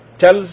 tells